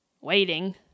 waiting